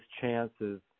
chances